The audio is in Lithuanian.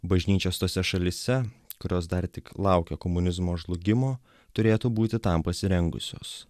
bažnyčios tose šalyse kurios dar tik laukia komunizmo žlugimo turėtų būti tam pasirengusios